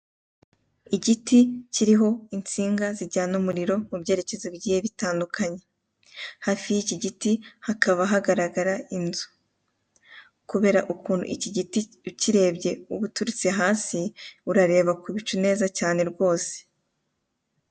igiti kiriho insinga zijyana umuriro mu byerekezo bigiye bitandukanye, hafi y'iki giti hakaba hagaragara inzu, kubera ukuntu iki giti ukirebye uturutse hasi urareba ku bicu neza cyane rwose.